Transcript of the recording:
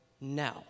now